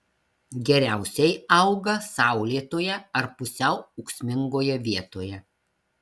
geriausiai auga saulėtoje ar pusiau ūksmingoje vietoje